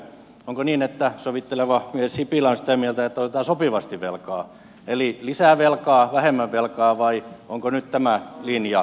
onko niin että sovitteleva sipilä on sitä mieltä että otetaan sopivasti velkaa eli lisää velkaa vähemmän velkaa vai onko nyt tämä linja oikea